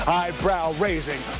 eyebrow-raising